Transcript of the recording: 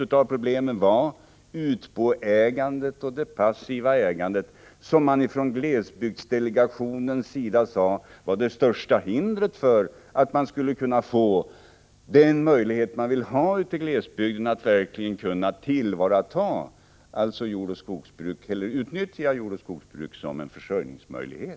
Ett av problemen var utboägandet och det passiva ägandet, som man från glesbygdsdelegationens sida sade var det största hindret för att människor i glesbygden skulle kunna få den möjlighet de vill ha att utnyttja jordoch skogsbruk som en försörjningskälla.